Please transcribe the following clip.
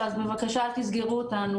אינה,